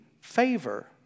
favor